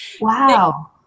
Wow